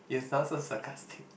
you sound so sarcastic